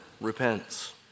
repents